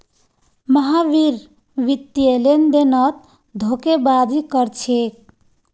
महावीर वित्तीय लेनदेनत धोखेबाजी कर छेक